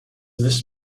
this